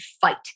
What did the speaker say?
fight